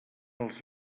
els